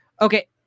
Okay